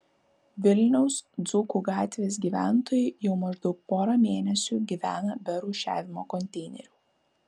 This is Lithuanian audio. vilniaus dzūkų gatvės gyventojai jau maždaug porą mėnesių gyvena be rūšiavimo konteinerių